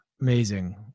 Amazing